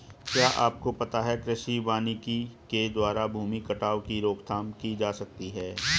क्या आपको पता है कृषि वानिकी के द्वारा भूमि कटाव की रोकथाम की जा सकती है?